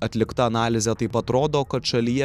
atlikta analizė taip pat rodo kad šalyje